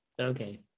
Okay